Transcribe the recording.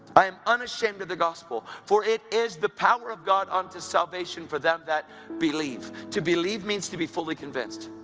i am unashamed of the gospel, for it is the power of god unto salvation for them that believe. to believe means to be fully convinced.